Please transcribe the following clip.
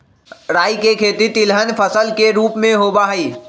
राई के खेती तिलहन फसल के रूप में होबा हई